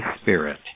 spirit